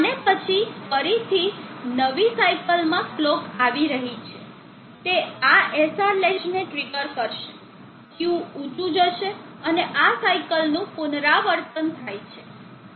અને પછી ફરીથી નવી સાઇકલ માં કલોક આવી રહી છે તે આ SR લેચને ટ્રિગર કરશે Q ઊંચું જશે અને સાઇકલ નું પુનરાવર્તન થાય છે